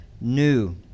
new